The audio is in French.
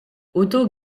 otto